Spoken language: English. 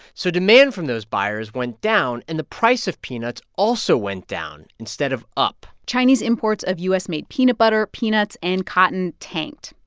so demand from those buyers went down, and the price of peanuts also went down instead of up chinese imports of u s made peanut butter, peanuts and cotton tanked.